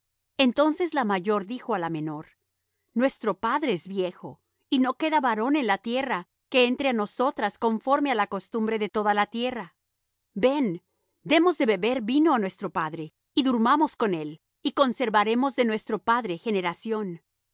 entonces la mayor dijo á la menor nuestro padre es viejo y no queda varón en la tierra que entre á nosotras conforme á la costumbre de toda la tierra ven demos á beber vino á nuestro padre y durmamos con él y conservaremos de nuestro padre generación